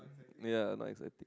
ya not exciting